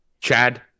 Chad